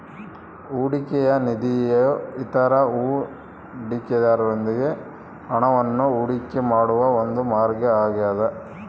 ಹೂಡಿಕೆಯ ನಿಧಿಯು ಇತರ ಹೂಡಿಕೆದಾರರೊಂದಿಗೆ ಹಣವನ್ನು ಹೂಡಿಕೆ ಮಾಡುವ ಒಂದು ಮಾರ್ಗ ಆಗ್ಯದ